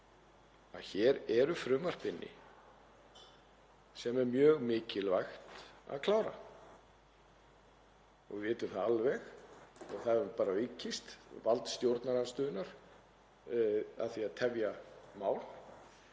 að hér er frumvarp inni sem er mjög mikilvægt að klára. Við vitum það alveg og það hefur bara aukist, vald stjórnarandstöðunnar af því að tefja mál.